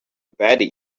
batty